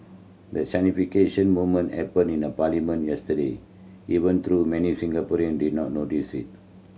the moment happened in a parliament yesterday even though many Singaporean did not notice it